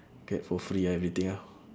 get for free everything ah